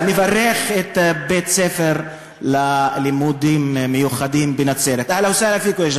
נברך את בית-הספר ללימודים מיוחדים בנצרת: אהלן וסהלן פיכום,